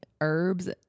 herbs